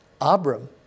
Abram